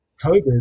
COVID